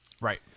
Right